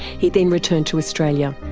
he then returned to australia.